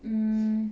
mm